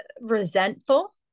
resentful